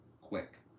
quick